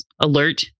alert